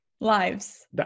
lives